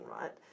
right